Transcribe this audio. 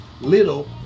little